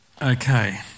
Okay